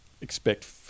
expect